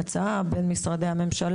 הצעה בין משרדי הממשלה,